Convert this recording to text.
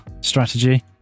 strategy